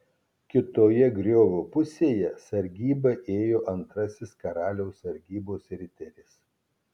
kitoje griovio pusėje sargybą ėjo antrasis karaliaus sargybos riteris